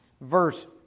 verse